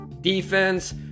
defense